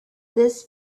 this